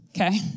Okay